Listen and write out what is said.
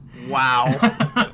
Wow